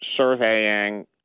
surveying